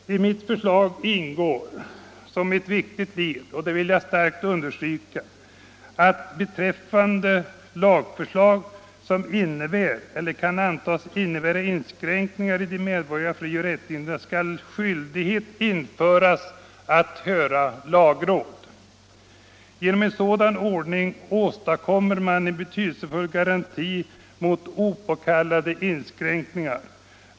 I mitt förslag ingår som ett viktigt led — och det vill jag starkt understryka — att beträffande lagförslag som innebär eller kan antas innebära inskränkningar i de medborgerliga frioch rättigheterna skall skyldighet införas att höra lagråd. Genom en sådan ordning åstadkommer man en betydelsefull garanti mot opåkallade inskränkningar.